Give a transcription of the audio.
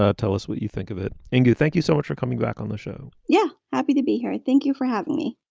ah tell us what you think of it. thank and you. thank you so much for coming back on the show yeah happy to be here and thank you for having me